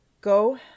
go